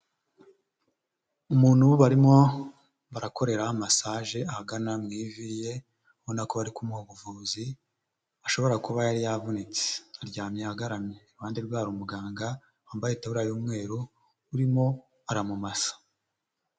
Umuntu barimo barakorera massage ahagana mu ivi ye, ubona ko ari ko umuha buvuzi, ashobora kuba yari yavunitse, aryamye agaramye, iruhande rwe hari umuganga wambaye itaburiya y'umweru urimo aramumasa.